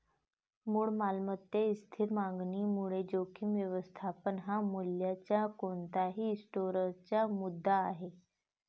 मूळ मालमत्तेच्या स्थिर मागणीमुळे जोखीम व्यवस्थापन हा मूल्याच्या कोणत्याही स्टोअरचा मुद्दा आहे